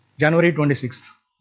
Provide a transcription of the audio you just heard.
january twenty sixth